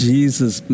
Jesus